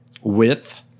width